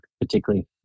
particularly